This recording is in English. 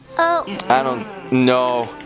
oh no,